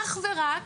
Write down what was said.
אך ורק,